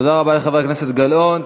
תודה רבה לחברת הכנסת גלאון.